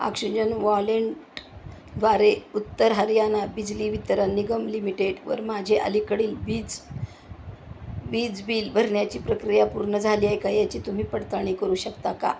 oxygen wallet द्वारे उत्तर हरियाणा बिजली वितरण निगम लिमिटेडवर माझे अलीकडील बीज बीज बील भरण्याची प्रक्रिया पूर्ण झाली आहे का याची तुम्ही पडताळणी करू शकता का